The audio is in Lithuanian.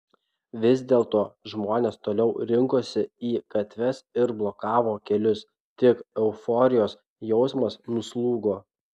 vis dėlto žmonės toliau rinkosi į gatves ir blokavo kelius tik euforijos jausmas nuslūgo